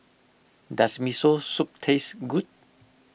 does Miso Soup taste good